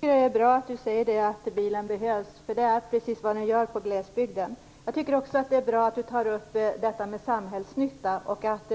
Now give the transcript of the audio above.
Fru talman! Det är bra att Elisa Abascal Reyes säger att bilen behövs, därför att det är precis vad som behövs i glesbygden. Det är också bra att Elisa Abascal Reyes tar upp detta med samhällsnytta och att